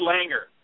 Langer